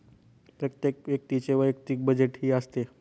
प्रत्येक व्यक्तीचे वैयक्तिक बजेटही असते